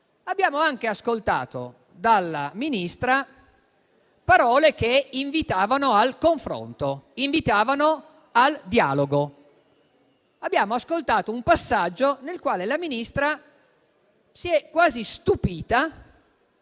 abbiamo anche ascoltato dalla Ministra parole che invitavano al confronto e al dialogo. Abbiamo ascoltato un passaggio nel quale la Ministra si è quasi stupita